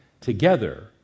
together